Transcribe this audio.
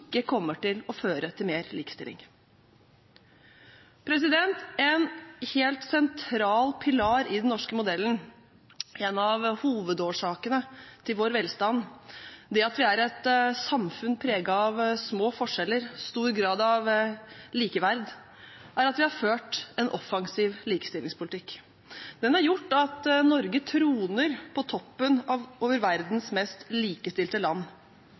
ikke kommer til å føre til mer likestilling. En helt sentral pilar i den norske modellen, en av hovedårsakene til vår velstand, det at vi er et samfunn preget av små forskjeller og stor grad av likeverd, er at vi har ført en offensiv likestillingspolitikk. Den har gjort at Norge troner på toppen over verdens mest likestilte land.